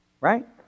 Right